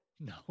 No